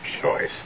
choice